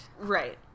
Right